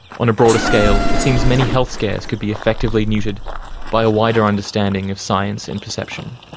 on a broader scale, it seems many health scares could be effectively neutered by a wider understanding of science and perception.